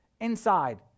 Inside